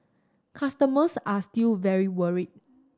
customers are still very worried